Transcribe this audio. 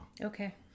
Okay